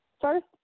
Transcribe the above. First